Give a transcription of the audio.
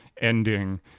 ending